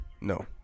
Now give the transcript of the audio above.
No